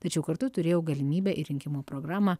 tačiau kartu turėjau galimybę į rinkimų programą